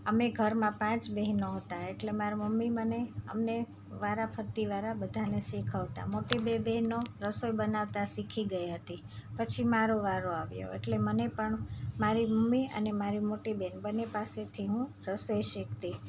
અમે ઘરમાં પાંચ બહેનો હતા એટલે મારા મમ્મી મને અમને વારાફરથી વારા બધાને શીખવતા મોટી બે બહેનો રસોઈ બનાવતા શીખી ગઈ હતી પછી મારો વારો આવ્યો એટલે મને પણ મારી મમ્મી અને મારી મોટી બેન બંને પાસેથી હું રસોઈ શિખતી